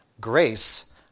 grace